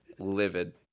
Livid